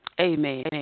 Amen